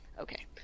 Okay